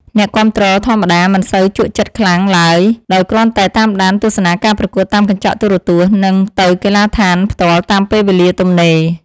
អ្នកគាំទ្រធម្មតាមិនសូវជក់ចិត្តខ្លាំងឡើយដោយគ្រាន់តែតាមដានទស្សនាការប្រកួតតាមកញ្ចក់ទូរទស្សន៍ និង ទៅកីឡាដ្ឋានផ្ទាល់តាមពេលវេលាទំនេរ។